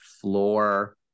floor